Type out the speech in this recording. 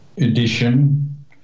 edition